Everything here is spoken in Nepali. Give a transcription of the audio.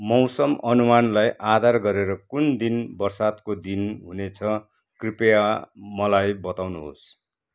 मौसम अनुमानलाई आधार गरेर कुन दिन वर्षाको दिन हुनेछ कृपया मलाई बताउनुहोस्